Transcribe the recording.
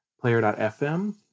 player.fm